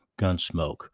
Gunsmoke